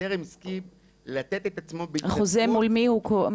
וטר"ם הסכים לתת את עצמו בהתנדבות --- מול מי החוזה?